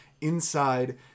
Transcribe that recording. inside